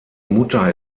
mutter